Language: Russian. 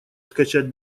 скачать